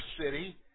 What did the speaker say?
city